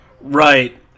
Right